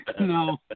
No